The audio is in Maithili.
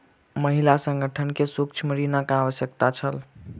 महिला संगठन के सूक्ष्म ऋणक आवश्यकता छल